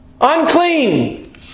Unclean